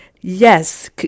yes